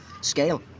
scale